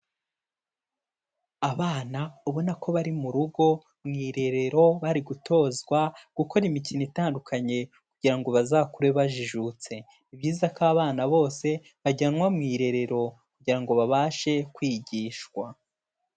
Abana ubona ko bari mu rugo mu irerero, bari gutozwa gukora imikino itandukanye kugira ngo bazakure bajijutse. Ni byiza ko abana bose bajyanwa mu irerero kugira ngo babashe kwigishwa.